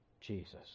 Jesus